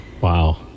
Wow